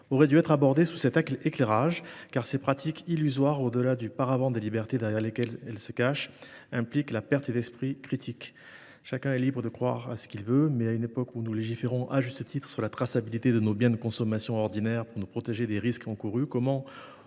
aurait dû être abordé sous cet éclairage, car ces pratiques illusoires, au delà du paravent des libertés derrière lesquelles elles se cachent, impliquent une perte d’esprit critique. Chacun est libre de croire ce qu’il veut, mais à une époque où nous légiférons, à juste titre, sur la traçabilité de nos biens de consommation ordinaires pour nous protéger des risques encourus, comment